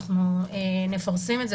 אנחנו נפרסם את זה,